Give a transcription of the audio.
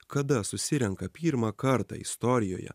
kada susirenka pirmą kartą istorijoje